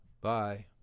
Bye